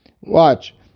Watch